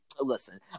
Listen